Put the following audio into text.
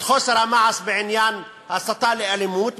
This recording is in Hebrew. חוסר המעש בעניין הסתה לאלימות,